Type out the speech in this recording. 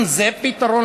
גם זה פתרון,